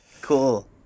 Cool